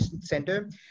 Center